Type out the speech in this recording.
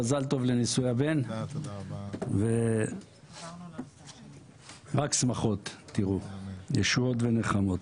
מזל-טוב לנישואי הבן ורק שמחות וישועות ונחמות.